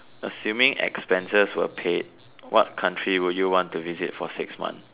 assuming expenses were paid what country would you want to visit for six months